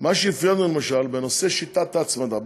מה שהפריע לנו למשל זה נושא שיטת ההצמדה.